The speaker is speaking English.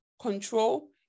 control